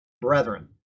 brethren